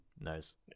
Nice